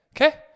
Okay